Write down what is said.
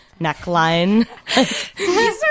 neckline